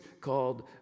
called